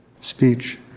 speech